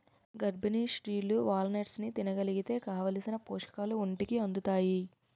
గర్భిణీ స్త్రీలు వాల్నట్స్ని తినగలిగితే కావాలిసిన పోషకాలు ఒంటికి అందుతాయి